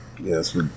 yes